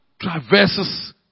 traverses